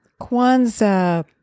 Kwanzaa